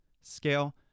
scale